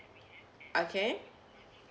okay